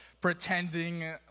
pretending